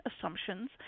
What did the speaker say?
assumptions